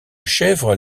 chèvre